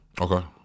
okay